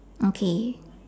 okay